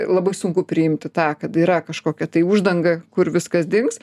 labai sunku priimti tą kad yra kažkokia tai uždanga kur viskas dings